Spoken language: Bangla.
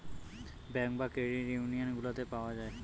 ব্যাঙ্ক বা ক্রেডিট ইউনিয়ান গুলাতে পাওয়া যায়